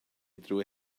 drwy